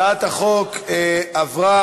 הצעת החוק עברה